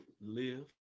live